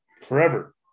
forever